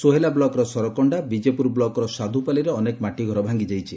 ସୋହେଲା ବ୍ଲକର ସରକଶ୍ତା ବିଜେପୁରବ୍କକର ସାଧୁପାଲିରେ ଅନେକ ମାଟିଘର ଭାଙ୍ଗିଯାଇଛି